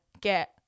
get